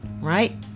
Right